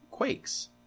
Quakes